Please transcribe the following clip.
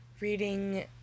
reading